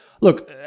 look